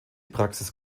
praxis